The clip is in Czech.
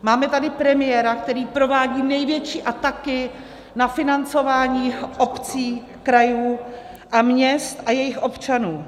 Máme tady premiéra, který provádí největší ataky na financování obcí, krajů a měst a jejich občanů.